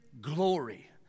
glory